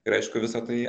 ir aišku visa tai